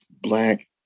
black